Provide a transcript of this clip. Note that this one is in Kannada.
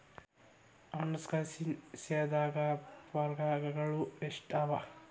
ಹಣ್ಕಾಸಿನ್ ಸೇವಾದಾಗ್ ಪ್ರಕಾರ್ಗಳು ಎಷ್ಟ್ ಅವ?